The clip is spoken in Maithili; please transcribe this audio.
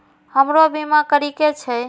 हमरो बीमा करीके छः?